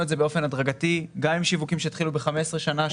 את זה באופן הדרגתי גם עם שיווקים שהתחילו ב-15 שנה.